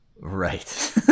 Right